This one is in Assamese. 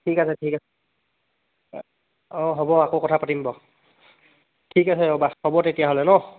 ঠিক আছে ঠিক আছে অঁ হ'ব আকৌ কথা পাতিম বাৰু ঠিক আছে অ' বা হ'ব তেতিয়াহ'লে ন